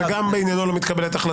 וגם בעניינו לא מתקבלת החלטה.